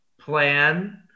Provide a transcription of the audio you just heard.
plan